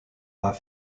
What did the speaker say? pas